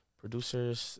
producers